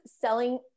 selling